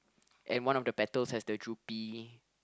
and one of the petals has the droopy